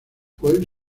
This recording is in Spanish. fue